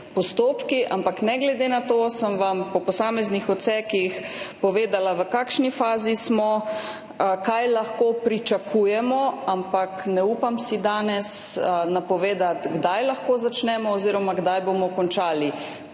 postopki. Ne glede na to sem vam po posameznih odsekih povedala, v kakšni fazi smo, kaj lahko pričakujemo. Ampak ne upam si danes napovedati, kdaj lahko začnemo oziroma kdaj bomo končali.